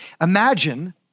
Imagine